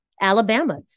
Alabama